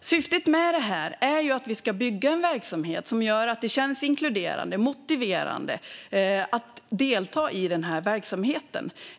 Syftet med detta är att vi ska bygga en verksamhet som gör att det känns inkluderande och motiverande att delta i den.